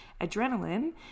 adrenaline